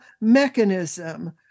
mechanism